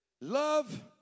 Love